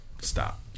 stop